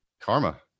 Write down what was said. karma